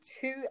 two